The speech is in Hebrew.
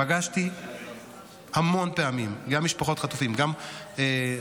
פגשתי המון פעמים, גם משפחות של חטופים, גם חטופה